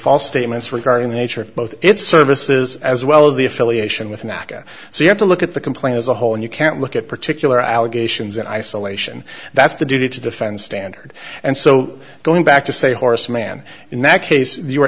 false statements regarding the nature of both its services as well as the affiliation with natca so you have to look at the complaint as a whole and you can't look at particular allegations in isolation that's the duty to defend standard and so going back to say horace mann in that case you were